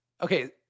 Okay